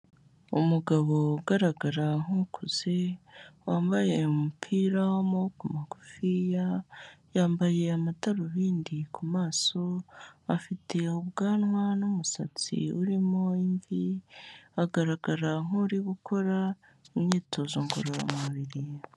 Umugabo ugaragara nk'ukuze wambaye umupira w'amaboko magufiya, yambaye amadarubindi ku maso, afite ubwanwa n'umusatsi urimo imvi. Agaragara nk'urigukora imyitozo ngororamubiri.